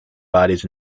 bodies